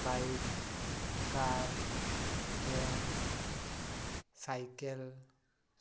bike car train cycle